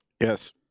Yes